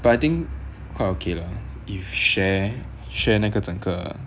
but I think quite okay lah if share share 那个整个